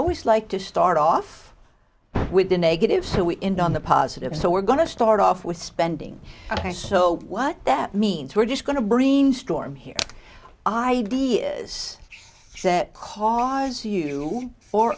always like to start off with a negative so we end on the positive so we're going to start off with spending ok so what that means we're just going to bring storm here i see is that cause you